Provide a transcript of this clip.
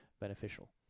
beneficial